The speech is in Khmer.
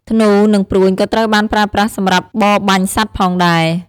ធ្នូ និងព្រួញក៏ត្រូវបានប្រើប្រាស់សម្រាប់បរបាញ់សត្វផងដែរ។